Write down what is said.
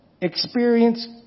experience